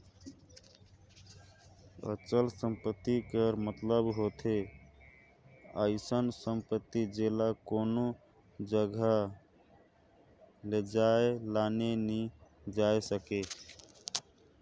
अचल संपत्ति कर मतलब होथे अइसन सम्पति जेला कोनो जगहा लेइजे लाने नी जाए सके